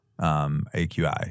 AQI